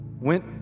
went